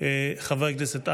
את חבר הכנסת אייכלר,